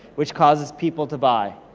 which causes people to buy.